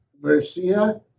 Mercia